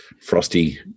frosty